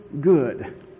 good